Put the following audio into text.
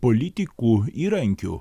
politikų įrankiu